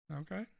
Okay